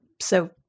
So-